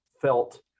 felt